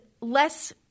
less